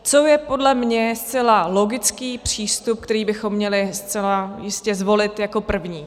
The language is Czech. Co je podle mě zcela logický přístup, který bychom měli zcela jistě zvolit jako první?